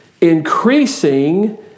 increasing